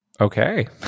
Okay